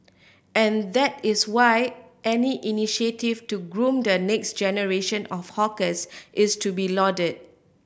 and that is why any initiative to groom the next generation of hawkers is to be lauded